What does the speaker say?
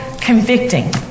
convicting